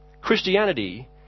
christianity